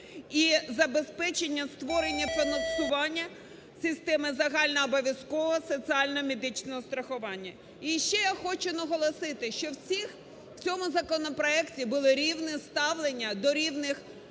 І забезпечення створення фінансування системи загальнообов’язкового соціально-медичного страхування. І ще я хочу наголосити, що в цьому законопроекті було рівне ставлення до рівних